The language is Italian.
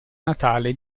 natale